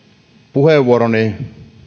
puheenvuoroni